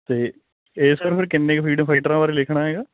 ਤੇ ਇਹ ਸਰ ਫਿਰ ਕਿੰਨੇ ਕ ਫਰੀਡਮ ਫਾਈਟਰ ਬਾਰੇ ਲਿਖਣਾ ਹੈਗਾ